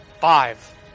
Five